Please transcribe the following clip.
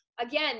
again